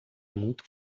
muito